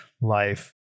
life